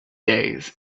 days